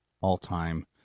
all-time